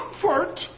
comfort